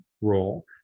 role